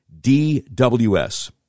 DWS